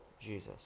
Jesus